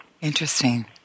interesting